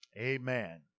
Amen